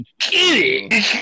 kidding